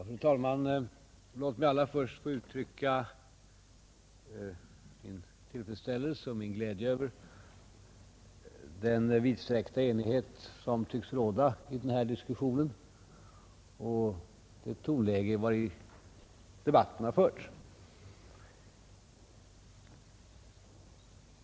Fru talman! Låt mig allra först få uttrycka min tillfredsställelse och glädje över den vidsträckta enighet som tycks råda i denna diskussion och det tonläge vari debatten har förts.